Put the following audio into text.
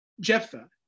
Jephthah